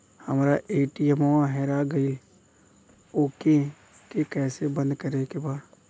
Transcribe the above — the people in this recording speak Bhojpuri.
हमरा ए.टी.एम वा हेरा गइल ओ के के कैसे बंद करे के बा?